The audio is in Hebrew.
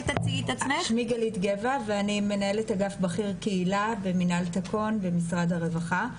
שמי גלית גבע ואני מנהלת אגף בכיר קהילה במנהל תקון במשרד הרווחה.